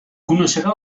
coneixerà